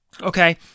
Okay